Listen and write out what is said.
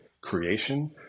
creation